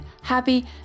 happy